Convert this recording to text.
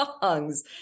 songs